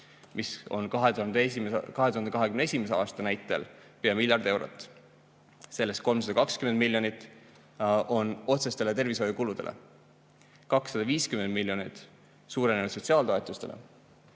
mis on 2021. aasta näitel pea miljard eurot. Sellest 320 miljonit [langeb] otsestele tervishoiukuludele, 250 miljonit suurenenud sotsiaaltoetustele